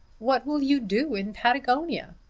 what will you do in patagonia?